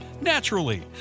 naturally